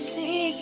See